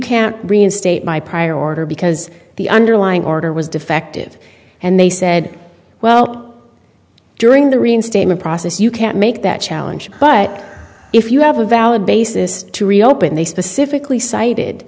can't reinstate my prior order because the underlying order was defective and they said well during the reinstatement process you can't make that challenge but if you have a valid basis to reopen they specifically cited